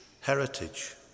heritage